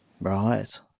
Right